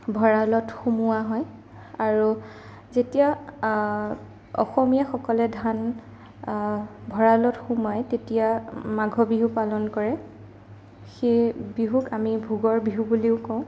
ভঁৰালত সোমোৱা হয় আৰু যেতিয়া অসমীয়াসকলে ধান ভঁৰালত সোমায় তেতিয়া মাঘৰ বিহু পালন কৰে সেই বিহুক আমি ভোগৰ বিহু বুলিও কওঁ